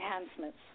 enhancements